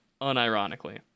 unironically